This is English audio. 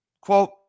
Quote